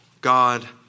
God